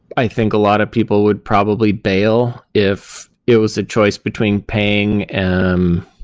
i think a lot of people would probably bail if it was a choice between paying and um